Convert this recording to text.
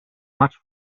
much